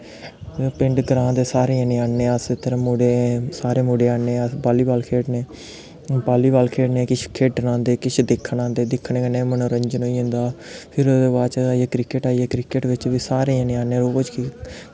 पिंड ग्रांऽ दे सारे जने आह्न्ने अस इद्धर मुड़े सारे मुड़े आह्न्ने अस बाली बॉल खेढने बाली बाल किश खेढन आंदे किश दिक्खन आंदे दिक्खने कन्नै बी मनोरंजन होई जंदा फिर ओह्दे बाद क्रिकेट आई गेआ क्रिकेट बिच्च बी सारे जने आह्न्ने रोज